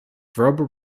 verbal